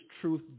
truth